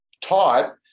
taught